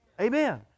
Amen